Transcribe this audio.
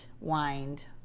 wind